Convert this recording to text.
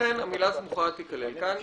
לכן, המילה "סמוכה" תיכלל כאן.